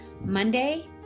Monday